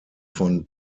von